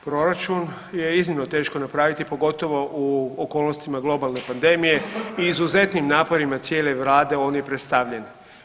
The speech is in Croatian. Proračun je iznimno teško napraviti pogotovo u okolnostima globalne pandemije i izuzetnim naporima cijele Vlade ovdje je predstavljen.